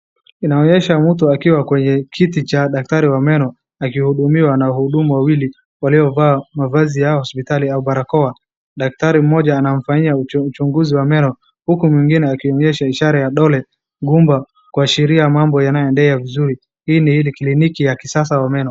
Inaonyesha mtu akiwa kwenye kiti cha daktari wa meno akihudumiwa na wahudumu wawili waliovaa mavazi ya hospitali au barakoa. Daktari mmoja anamfanyia uchunguzi wa meno huku mwingine akionyesha ishara ya dole gumba kuashiria mambo yanayoendelea vizuri, hii ni kliniki ya kisasa wa meno.